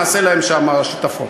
נעשה להם שם שיטפון.